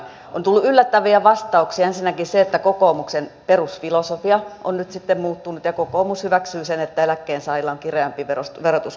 on tullut yllättäviä vastauksia ensinnäkin se että kokoomuksen perusfilosofia on nyt sitten muuttunut ja kokoomus hyväksyy sen että eläkkeensaajilla on kireämpi verotus kuin palkansaajilla